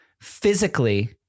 physically